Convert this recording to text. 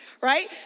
right